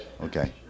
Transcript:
okay